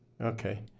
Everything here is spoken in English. Okay